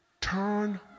turn